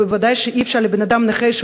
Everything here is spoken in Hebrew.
ובוודאי בן-אדם נכה,